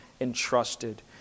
entrusted